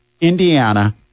Indiana